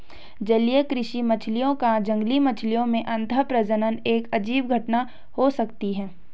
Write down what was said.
जलीय कृषि मछलियों का जंगली मछलियों में अंतःप्रजनन एक अजीब घटना हो सकती है